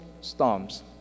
storms